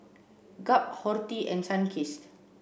Gap Horti and Sunkist